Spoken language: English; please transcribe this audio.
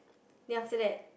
then after that